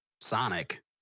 sonic